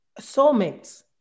soulmates